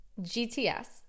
GTS